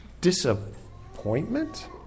Disappointment